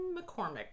McCormick